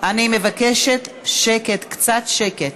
אני מבקשת שקט, קצת שקט.